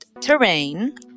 terrain